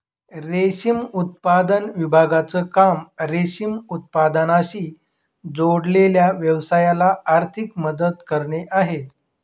रेशम उत्पादन विभागाचं काम रेशीम उत्पादनाशी जोडलेल्या व्यवसायाला आर्थिक मदत करणे आहे